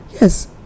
Yes